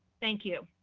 thank you.